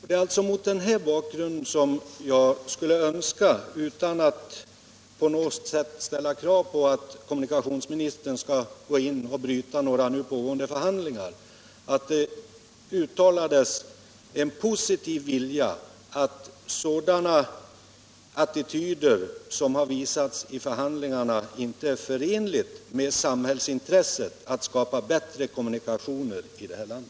Det är alltså mot denna bakgrund som jag skulle önska — utan att på något sätt kräva att kommunikationsministern skall ingripa i pågående förhandlingar — att det positivt uttalades att sådana attityder som har visats i förhandlingarna inte är förenliga med samhällets intresse av att skapa bättre kommunikationer i vårt land.